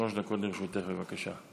שלוש דקות לרשותך, בבקשה.